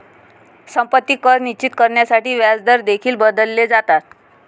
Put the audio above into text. संपत्ती कर निश्चित करण्यासाठी व्याजदर देखील बदलले जातात